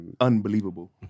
unbelievable